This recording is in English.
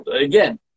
again